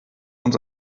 uns